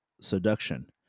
seduction